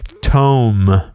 tome